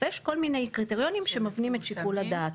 יש כל מיני קריטריונים שמבנים את שיקול הדעת.